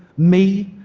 me,